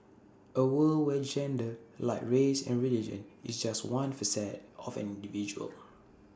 A world where gender like race and religion is just one facet of an individual